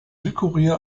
südkorea